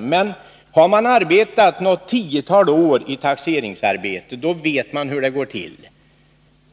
Men om man har arbetat något tiotal år i taxeringsarbete vet man hur det ”sår till.